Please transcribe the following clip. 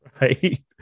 Right